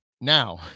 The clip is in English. now